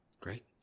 Great